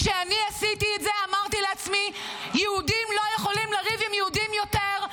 כשאני עשיתי את זה אמרתי לעצמי: יהודים לא יכולים לריב עם יהודים יותר,